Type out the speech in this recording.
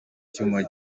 icyuma